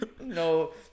no